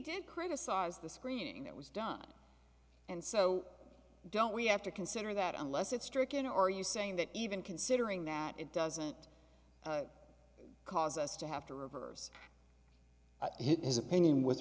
did criticize the screening that was done and so don't we have to consider that unless it's stricken or you saying that even considering that it doesn't cause us to have to reverse his opinion with